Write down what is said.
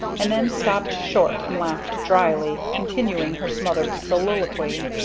and then stopped short and laughed drily, continuing her smothered soliloquy.